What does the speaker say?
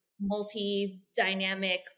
multi-dynamic